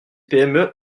pme